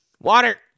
water